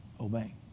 obey